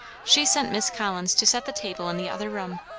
she sent miss collins to set the table in the other room,